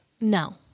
No